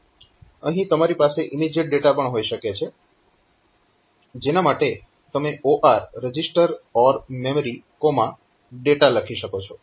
અહીં તમારી પાસે ઇમીજીએટ ડેટા પણ હોઈ શકે છે જેના માટે તમે OR regmemdata લખી શકો છો